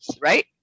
right